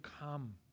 come